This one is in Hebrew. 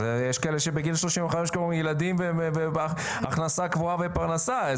אז יש כאלה שבגיל 35 כבר עם ילדים והכנסה קבועה ופרנסה.